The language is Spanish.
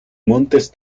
montes